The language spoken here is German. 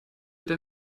der